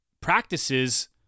practices